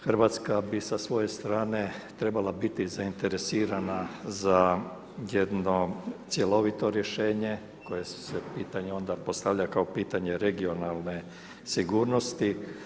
Hrvatska bi sa svoje strane trebala biti zainteresirana za jedno cjelovito rješenje koje se pitanje onda postavlja kao pitanje regionalne sigurnosti.